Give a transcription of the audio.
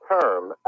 term